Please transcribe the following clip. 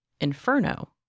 Inferno